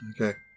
Okay